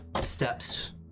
steps